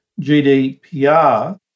GDPR